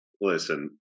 Listen